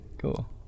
Cool